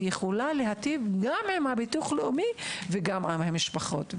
היא יכולה להטיב גם עם הביטוח הלאומי וגם עם המשפחות.